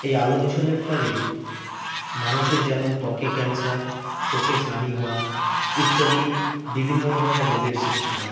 এই আলো দূষণের ফলেই মানুষের যেমন ত্বকে ক্যান্সার চোখে ছানি হওয়া ইত্যাদি বিভিন্ন ধরনের রোগের সৃষ্টি হয়